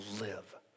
live